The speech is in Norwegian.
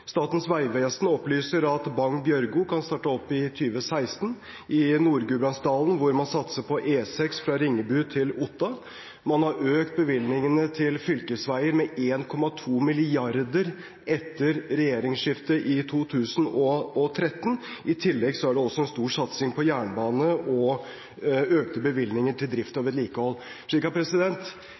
Statens vegvesen opplyser at Bagn–Bjørgo kan starte opp i 2016. I Nord-Gudbrandsdalen satser man på E6 fra Ringebu til Otta. Man har økt bevilgningene til fylkesveier med 1,2 mrd. kr etter regjeringsskiftet i 2013. I tillegg er det en stor satsing på jernbane og økte bevilgninger til drift